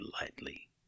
lightly